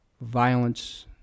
violence